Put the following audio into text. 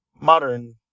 modern